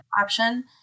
option